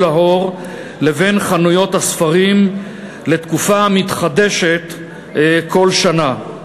לאור לבין חנויות הספרים לתקופה המתחדשת כל שנה.